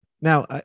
Now